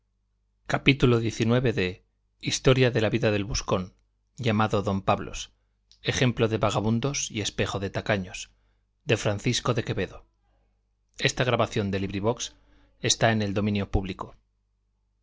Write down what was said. gutenberg ebook historia historia de la vida del buscón llamado don pablos ejemplo de vagamundos y espejo de tacaños de francisco de quevedo y villegas libro primero capítulo i en que